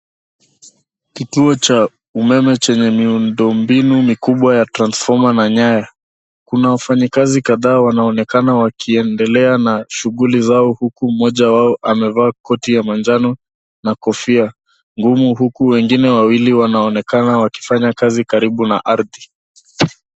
Kituo cha umeme chenye miundo mbinu mikubwa ya transformer na nyaya. Kuna wafanyakazi kadhaa wanaonekana wakiendelea na shughuli zao huku mmoja wao amevaa koti ya manjano na kofia ngumu huku wengine wawili wanaonekana wakifanya kazi karibu na ardhi.